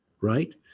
right